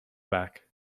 back